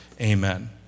Amen